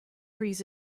trees